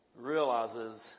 realizes